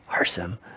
awesome